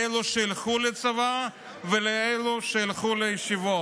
לאלו שילכו לצבא ולאלו שילכו לישיבות.